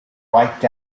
wiped